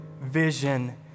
vision